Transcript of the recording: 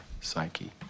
psyche